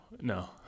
No